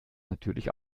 natürlich